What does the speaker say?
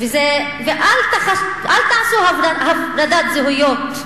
אל תעשו הפרדת זהויות.